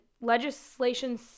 legislation